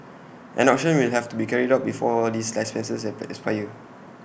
an auction will have to be carried out before these less licenses expire for you